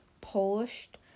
polished